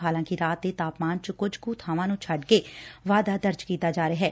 ਹਾਲਾਂਕਿ ਰਾਤ ਦੇ ਤਾਪਮਾਨ ਚ ਕੁਝ ਕੁ ਬਾਵਾਂ ਨੁੰ ਛੱਡ ਵਾਧਾ ਦਰਜ਼ ਕੀਤਾ ਜਾ ਰਿਹੈ